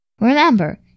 Remember